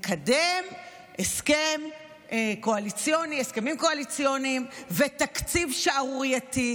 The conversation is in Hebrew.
נקדם הסכמים קואליציוניים ותקציב שערורייתי,